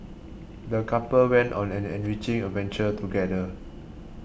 the couple went on an enriching adventure together